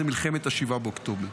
זו מלחמת 7 באוקטובר,